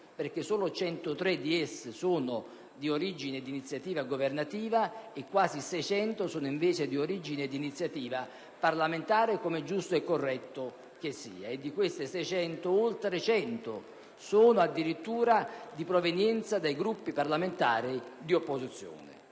giacché solo 103 sono d'iniziativa governativa e quasi 600, invece, d'iniziativa parlamentare, come è giusto e corretto che sia. E di queste 600, oltre 100 sono addirittura di provenienza dei Gruppi parlamentari di opposizione.